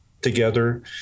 together